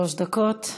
שלוש דקות.